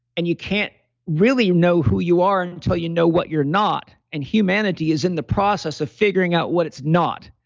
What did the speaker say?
and you can't really know who you are until you know what you're not. and humanity is in the process of figuring out what it's not